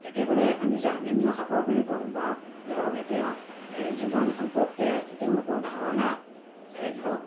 একেবাৰে আমি যাক নিম্ন খাপৰ বুলি কওঁ বা ধৰক এতিয়া এই জীৱন সম্পৰ্কে তেওঁলোকৰ ধাৰণা এই ধৰক